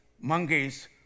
monkeys